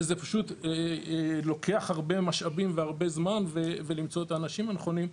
וזה פשוט לוקח הרבה משאבים והרבה זמן ולמצוא את האנשים הנכונים,